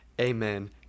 amen